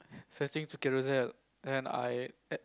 searching through Carousell then I